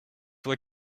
toi